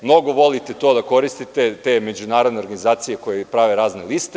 Mnogo volite to da koristite, te međunarodne organizacije koje prave razne liste.